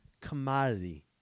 commodity